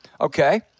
Okay